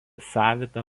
savitą